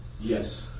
Yes